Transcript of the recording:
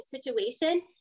situation